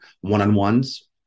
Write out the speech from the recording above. one-on-ones